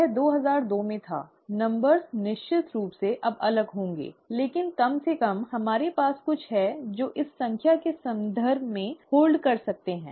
यह दो हजार दो में था संख्या निश्चित रूप से अब अलग होंगे लेकिन कम से कम हमारे पास कुछ है जो हम संख्या के संदर्भ में पकड़ सकते हैं